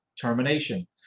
termination